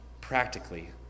practically